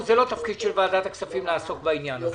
של ועדת הכספים לעסוק בעניין הזה.